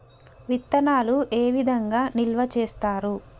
విత్తనాలు ఏ విధంగా నిల్వ చేస్తారు?